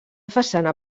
façana